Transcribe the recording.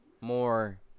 more